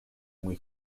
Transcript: muy